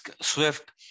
SWIFT